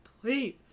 Please